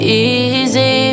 easy